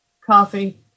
coffee